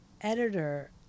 editor